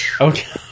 Okay